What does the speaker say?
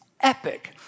epic